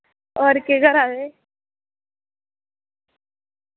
और केह् करा दे